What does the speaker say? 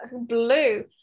blue –